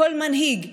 כל מנהיג,